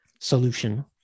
solution